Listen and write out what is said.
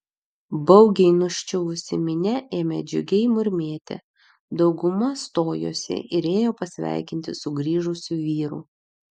baugiai nuščiuvusi minia ėmė džiugiai murmėti dauguma stojosi ir ėjo pasveikinti sugrįžusių vyrų